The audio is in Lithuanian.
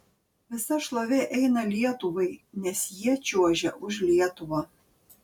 visa šlovė eina lietuvai nes jie čiuožia už lietuvą